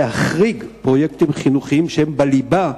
להחריג פרויקטים חינוכיים שהם בליבה,